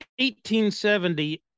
1870